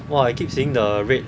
!wah! I keep seeing the red